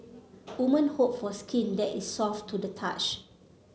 women hope for skin that is soft to the touch